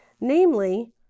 namely